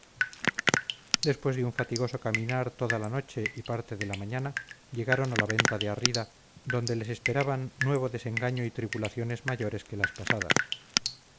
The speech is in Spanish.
después de un fatigoso caminar toda la noche y parte de la mañana llegaron a la venta de arrida donde les esperaban nuevo desengaño y tribulaciones mayores que las pasadas